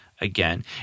again